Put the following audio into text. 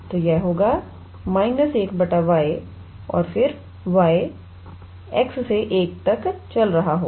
तो यह होगा 1yऔर फिर y x से 1 तक चल रहा होगा